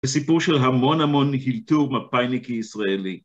וסיפור של המון המון אילתור מפאיניקי ישראלי.